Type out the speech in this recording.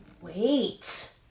Wait